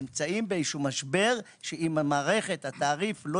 אנחנו נמצאים באיזה שהוא משבר שמחייב עדכון של התרעיף,